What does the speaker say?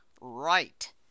right